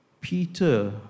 Peter